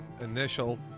initial